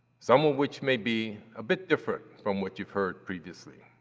some of which may be a bit different from what you've heard previously.